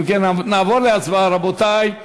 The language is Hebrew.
נעבור להצבעה, רבותי.